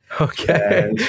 Okay